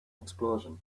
explosion